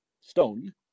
stone